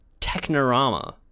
Technorama